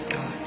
God